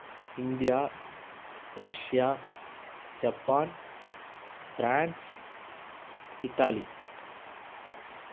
இங்கே வேலையில் இருக்கிறப்ப கேனீன் இருந்துச்சி மூணு வேலையும் சாப்பாடுக்கு பிரச்சனை இல்லாமல் இருந்துச்சி ஆனால் சமிபத்துல கேனீனை மூடிட்டாங்கள்